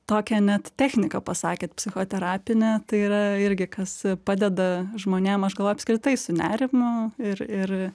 tokią net techniką pasakėt psichoterapinę tai yra irgi kas padeda žmonėm aš galvoju apskritai su nerimu ir ir